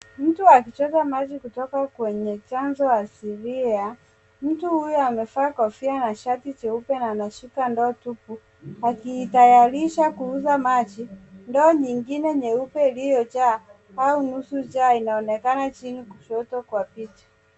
Mtu akichota maji kutoka kwenye chanzo asilia. Mtu huyu amevaa kofia na shati jeupe na anashika ndoo tupu akiitayarisha kuuza maji. Ndoo nyingine nyeupe iliyojaa au nusu jaa inaonekana chini kushoto kwa picha.